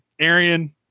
Arian